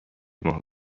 ماه